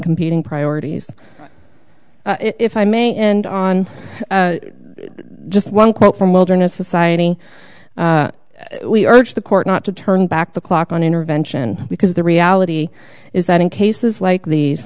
competing priorities if i may and on just one quote from wilderness society we urge the court not to turn back the clock on intervention because the reality is that in cases like these